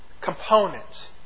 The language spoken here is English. components